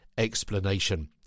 explanation